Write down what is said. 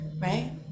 Right